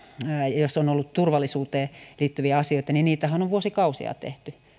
jos on ollut turvallisuuteen liittyviä asioita niitähän on vuosikausia tehty